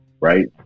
right